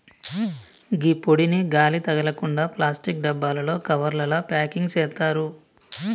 గీ పొడిని గాలి తగలకుండ ప్లాస్టిక్ డబ్బాలలో, కవర్లల ప్యాకింగ్ సేత్తారు